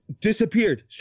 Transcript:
disappeared